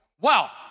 Wow